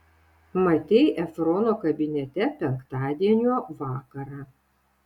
matei efrono kabinete penktadienio vakarą